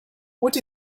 what